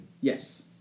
Yes